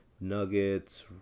Nuggets